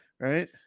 right